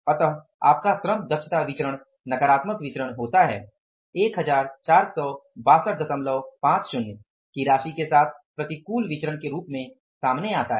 अतः आपका श्रम दक्षता विचरण नकारात्मक विचरण होता है 146250 की राशि के साथ प्रतिकूल विचरण के रूप में सामने आता है